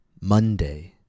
Monday